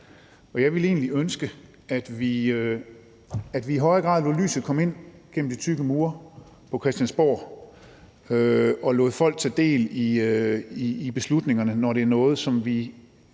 Jeg ville egentlig ønske, at vi i højere grad lod lyset komme ind gennem de tykke mure på Christiansborg og lod folk tage del i beslutningerne, når det er noget, som vi